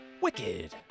Wicked